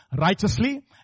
righteously